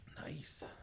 Nice